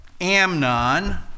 Amnon